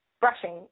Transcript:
Brushing